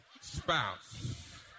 spouse